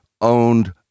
owned